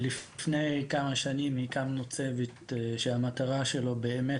לפני כמה שנים הקמנו צוות שהמטרה שלו היא באמת